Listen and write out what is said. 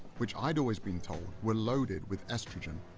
which i'd always been told were loaded with estrogen.